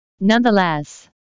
Nonetheless